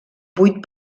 vuit